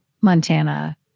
Montana